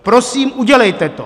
Prosím, udělejte to.